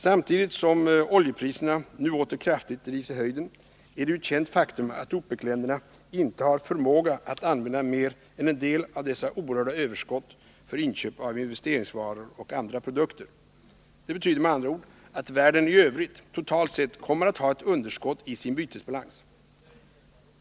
Samtidigt som oljepriserna nu åter kraftigt drivs i höjden är det ett känt faktum att OPEC-länderna inte har förmåga att använda mer än en del av dessa oerhörda överskott för inköp av investeringsvaror och andra produkter. Det betyder med andra ord att världen i övrigt totalt sett kommer att ha ett underskott i sin bytesbalans.